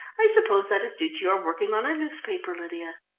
i suppose that is due to your working on a newspaper, lydia.